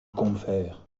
combeferre